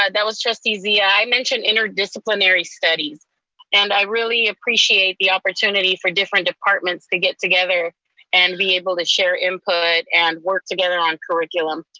that was just easy. i mentioned interdisciplinary studies and i really appreciate the opportunity for different departments to get together and be able to share input and work together on curriculum.